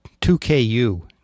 2KU